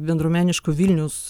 bendruomeniško vilniaus